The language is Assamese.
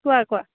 কোৱা কোৱা